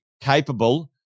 capable